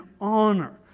honor